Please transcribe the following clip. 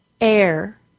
Air